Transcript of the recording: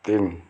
तिन